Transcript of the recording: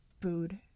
food